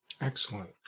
Excellent